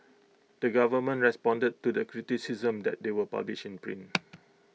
the government responded to the criticisms that they were published in print